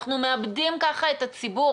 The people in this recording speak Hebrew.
אנחנו מאבדים ככה את הציבור.